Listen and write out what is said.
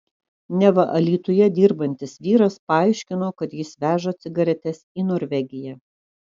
neva alytuje dirbantis vyras paaiškino kad jis veža cigaretes į norvegiją